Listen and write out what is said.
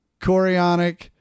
chorionic